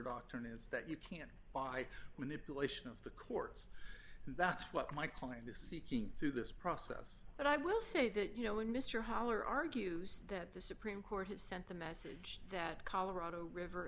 doctrine is that you can buy manipulation of the courts that's what my client is seeking through this process but i will say that you know when mr hollar argues that the supreme court has sent the message that colorado river